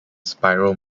spiral